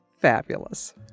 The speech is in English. fabulous